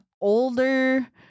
older